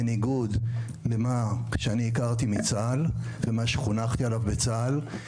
בניגוד למה שהכרתי מצה"ל ולמה שחונכתי עליו בצה"ל,